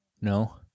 No